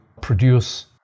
produce